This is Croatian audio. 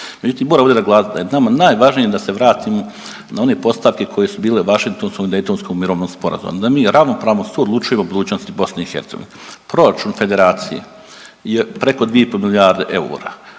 Međutim, moram ovdje naglasiti da je nama najvažnije da se vratimo na one postavke koje su bile u Washingtonskom i Daytonskom mirovnom sporazumu, da mi ravnopravno suodlučujemo o budućnosti BiH. Proračun federacije je preko 2,5 milijarde eura,